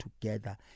together